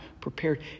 prepared